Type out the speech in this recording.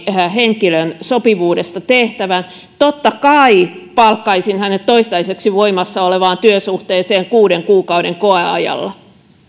henkilön sopivuudesta tehtävään totta kai palkkaisin hänet toistaiseksi voimassa olevaan työsuhteeseen kuuden kuukauden koeajalla